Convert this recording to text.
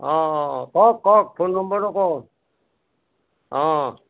অঁ অঁ কওক কওক ফোন নম্বৰটো কওক অ